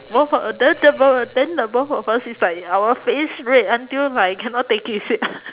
both of the the both of then the both of us is like our face red until like cannot take it is it